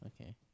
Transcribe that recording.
Okay